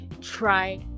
try